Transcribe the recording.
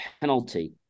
penalty